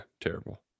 Terrible